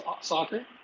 soccer